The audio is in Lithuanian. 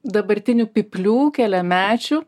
dabartinių pyplių keliamečių